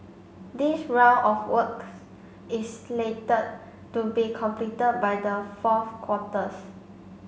this round of works is slated to be completed by the fourth quarters